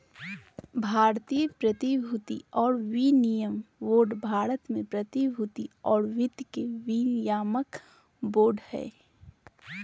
भारतीय प्रतिभूति और विनिमय बोर्ड भारत में प्रतिभूति और वित्त के नियामक बोर्ड हइ